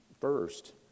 First